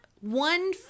one